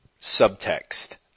subtext